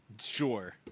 Sure